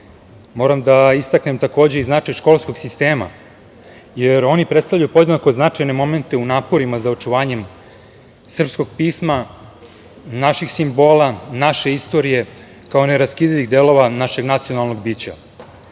Moram da istaknem i značaj školskog sistema, jer oni predstavljaju podjednako značajne momente u naporima za očuvanje srpskog pisma, naših simbola, naše istorije, kao neraskidivih delova našeg nacionalnog bića.